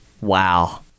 Wow